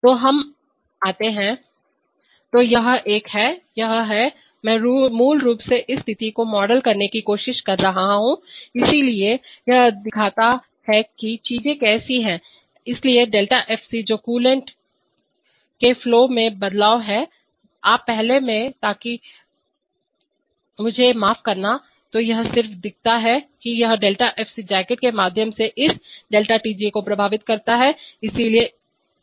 तो हम आते हैं तो यह एक है यह है मैं मूल रूप से उस स्थिति को मॉडल करने की कोशिश कर रहा हूं इसलिए यह दिखाता है कि चीजें कैसी हैं इसलिए ΔFC जो कूलेंट के फ्लो में बदलाव है पहले आप में ताकि मुझे माफ करना तो यह सिर्फ दिखाता है कि यह ΔFC जैकेट के माध्यम से इस ΔTJ को प्रभावित करता है